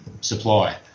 supply